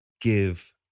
give